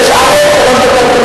אישי, לפי 86(א), שלוש דקות כל חבר.